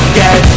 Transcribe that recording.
get